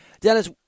Dennis